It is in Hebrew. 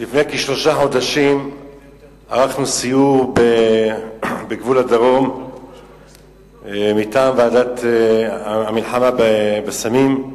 לפני כשלושה חודשים ערכנו סיור בגבול הדרום מטעם ועדת המלחמה בסמים.